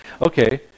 Okay